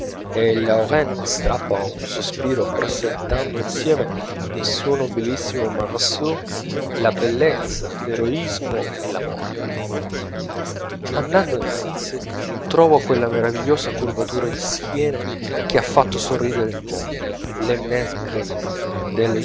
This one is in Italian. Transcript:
e il laurens strappa un sospiro presentando insieme nel suo nobilissimo marceau la bellezza l'eroismo e la morte andando innanzi trovo quella meravigliosa curvatura di schiene che ha fatto sorridere il mondo